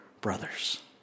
brothers